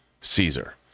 Caesar